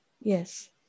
Yes